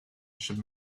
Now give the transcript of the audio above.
should